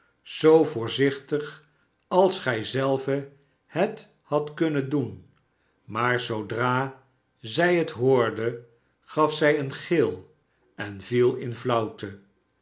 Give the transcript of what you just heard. zoo voorzichtig als gij zelve het hadt kunnen doen maar zoodra zij het hoorde gaf zij een gil en viel in flauwte